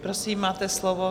Prosím, máte slovo.